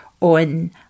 on